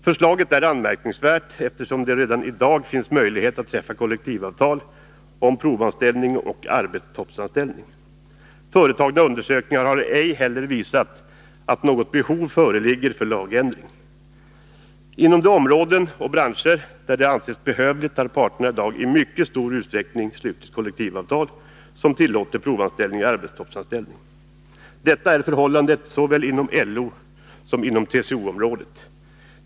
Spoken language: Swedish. Förslaget är anmärkningsvärt eftersom det redan idag finns möjlighet att träffa kollektivavtal om provanställning och arbetstoppsanställning. Företagna undersökningar har ej heller visat att något behov föreligger för lagändring. Inom de områden och branscher där det har ansetts behövligt har parterna idag i mycket stor utsträckning slutit kollektivavtal, som tillåter provanställning och arbetstoppsanställning. Detta är förhållandet såväl inom LO som inom TCO-området.